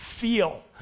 feel